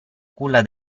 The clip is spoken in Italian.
culla